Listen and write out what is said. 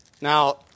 Now